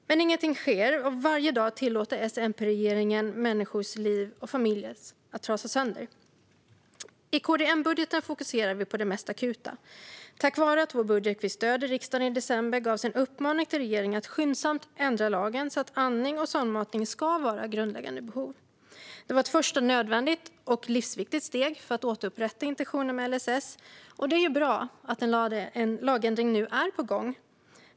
Men ingenting sker, och varje dag tillåter S-MP-regeringen att människors liv och familjer trasas sönder. I KD-M-budgeten fokuserar vi på det mest akuta. Tack vare att vår budget fick stöd i riksdagen i december gavs en uppmaning till regeringen att skyndsamt ändra lagen så att andning och sondmatning ska vara grundläggande behov. Det var ett första nödvändigt och livsviktigt steg för att återupprätta intentionen med LSS, och det är ju bra att en lagändring nu är på gång.